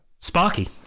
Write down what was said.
Sparky